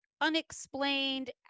unexplained